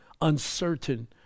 uncertain